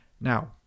Now